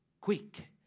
Quick